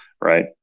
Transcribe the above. right